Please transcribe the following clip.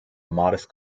modest